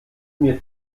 mir